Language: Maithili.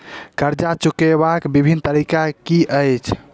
कर्जा चुकबाक बिभिन्न तरीका की अछि?